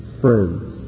friends